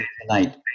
tonight